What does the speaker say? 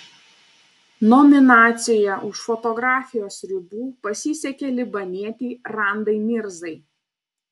nominacijoje už fotografijos ribų pasisekė libanietei randai mirzai